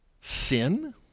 sin